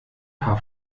paar